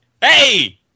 Hey